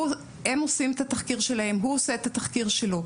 הם עושים את התחקיר שלהם, הוא עושה את התחקיר שלו.